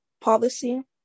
policy